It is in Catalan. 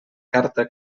carta